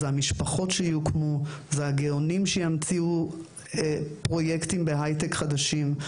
הם המשפחות שיוקמו והם הגאונים שימציאו פרויקטים חדשים בהייטק.